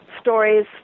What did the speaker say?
stories